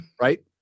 Right